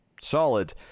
solid